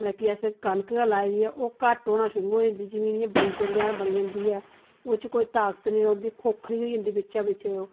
मद की असें कनक के लाई दी होवे ओह् घट्ट होना शुरू होई जंदी जमीन इयां बंजर जन बनी जंदी ऐ ओह्दे च कोई ताकत नी रौहंदी खोखली होई जंदी बिच्चा बिच्चें ओह्